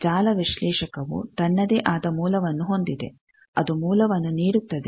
ಜಾಲ ವಿಶ್ಲೇಷಕವು ತನ್ನದೇ ಆದ ಮೂಲವನ್ನು ಹೊಂದಿದೆ ಅದು ಮೂಲವನ್ನು ನೀಡುತ್ತದೆ